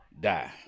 die